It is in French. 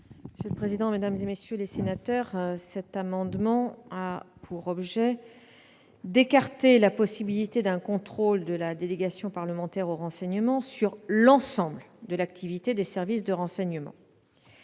ainsi libellé : La parole est à Mme la ministre. Cet amendement a pour objet d'écarter la possibilité d'un contrôle de la délégation parlementaire au renseignement sur l'ensemble de l'activité des services de renseignement.